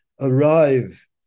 arrive